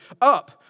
up